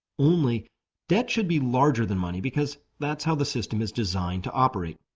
only debt should be larger than money because that's how the system is designed to operate.